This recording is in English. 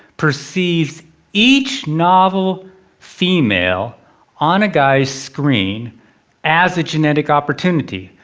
perceives each novel female on a guy's screen as a genetic opportunity.